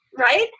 right